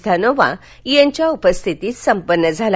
धनोवा यांच्या उपस्थितीत संपन्न झाला